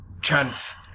chance